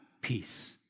peace